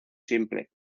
simple